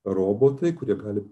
robotai kurie gali